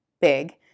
big